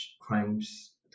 crimes